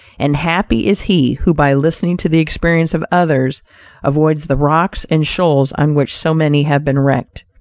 and happy is he who by listening to the experience of others avoids the rocks and shoals on which so many have been wrecked.